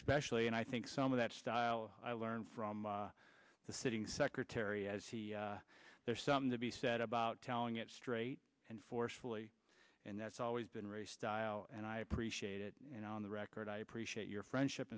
especially and i think some of that style i learned from the sitting secretary as he there's something to be said about telling it straight and forcefully and that's always been race style and i appreciate it and on the record i appreciate your friendship